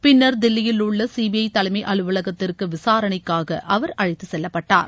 பின்னர் தில்லியிலுள்ள சிபிற தலைமை அலுவலகத்திற்கு விசாரணைக்காக அவர் அழைத்து செல்லப்பட்டார்